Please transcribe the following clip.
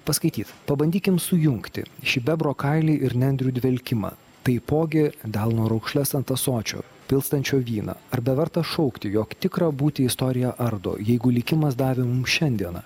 paskaityt pabandykim sujungti šį bebro kailį ir nendrių dvelkimą taipogi delno raukšles ant ąsočio pilstančio vyną ar beverta šaukti jog tikrą būtį istorija ardo jeigu likimas davė mums šiandieną